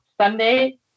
Sunday